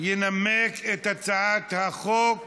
ינמק את הצעת החוק